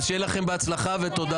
בהצלחה ותודה